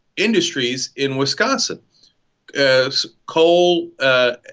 industries in wisconsin as cole ah.